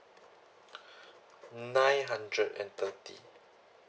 nine hundred and thirty